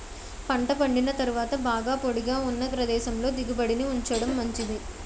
పంట పండిన తరువాత బాగా పొడిగా ఉన్న ప్రదేశంలో దిగుబడిని ఉంచడం మంచిది